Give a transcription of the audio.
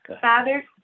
Father